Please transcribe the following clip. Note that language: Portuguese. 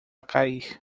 cair